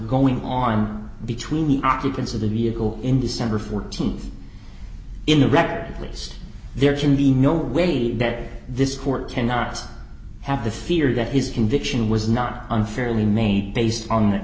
going on between the occupants of the vehicle in december th in the record at least there can be no way that this court cannot have the fear that his conviction was not unfairly made based on that